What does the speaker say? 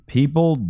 People